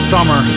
Summer